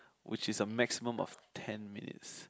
which is a maximum of ten minutes